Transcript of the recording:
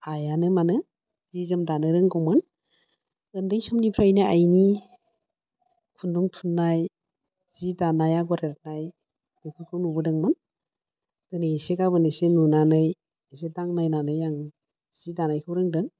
आइआनो माने जि जोम दानो रोंगौमोन उन्दै समनिफ्रायनो आइनि खुन्दुं थुननाय जि दानाय आग'र एरनाय बेफोरखौ नुबोदोंमोन दिनै एसे गाबोन एसे नुनानै एसे दांनायनानै आं जि दानायखौ रोंदों